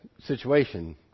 situation